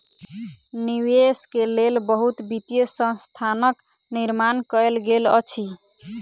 निवेश के लेल बहुत वित्तीय संस्थानक निर्माण कयल गेल अछि